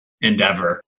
endeavor